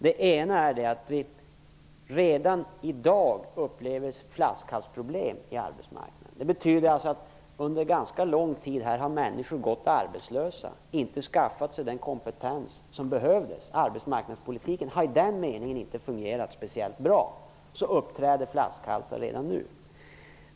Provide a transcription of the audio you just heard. Det ena är att vi redan i dag upplever flaskhalsproblem på arbetsmarknaden. Det betyder att människor under ganska lång tid har gått arbetslösa och inte skaffat sig den kompetens som behövdes. Arbetsmarknadspolitiken har i den meningen inte fungerat speciellt bra. Därför uppträder flaskhalsar redan nu.